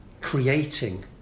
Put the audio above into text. creating